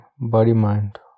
body-mind